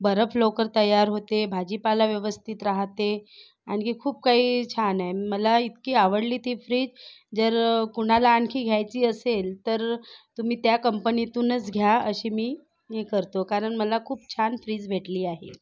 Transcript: बरफ लवकर तयार होते भाजीपाला व्यवस्थित राहते आणखी खूप काही छान आहे मला इतकी आवडली ती फ्रीज जर कोणाला आणखी घ्यायची असेल तर तुम्ही त्या कंपनीतूनच घ्या अशी मी हे करतो कारण मला खूप छान फ्रीज भेटली आहे